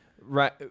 right